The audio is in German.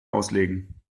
auslegen